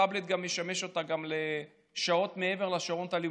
הטאבלט משמש אותה גם לשעות מעבר לשעות הלימוד,